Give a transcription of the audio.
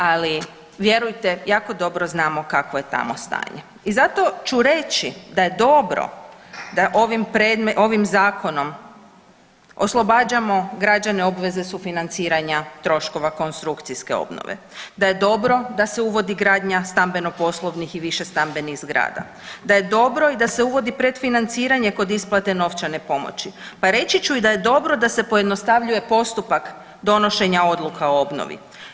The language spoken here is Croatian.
Ali, vjerujte jako dobro znamo kakvo je tamo stanje i zato ću reći da je dobro da ovim Zakonom oslobađamo građane obveze sufinanciranja, troškova konstrukcijske obnove, da je dobro da se uvodi gradnja stambeno-poslovnih i više stambenih zgrada, da je dobro i da se uvodi predfinanciranje kod isplate novčane pomoći, pa reći ću i da je dobro da se pojednostavljuje postupak donošenja odluka o obnovi.